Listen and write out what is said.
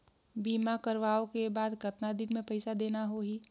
बीमा करवाओ के बाद कतना दिन मे पइसा देना हो ही?